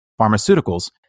pharmaceuticals